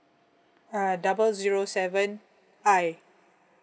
uh double zero seven I